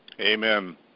Amen